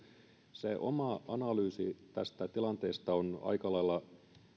se oma analyysini tästä tilanteesta on aika lailla